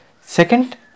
Second